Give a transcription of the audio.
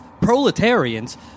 proletarians